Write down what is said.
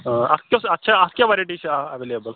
اَتھ کُس اَتھ چھا اَتھ کیٛاہ وٮ۪رایٹی چھِ اٮ۪ویلیبٕل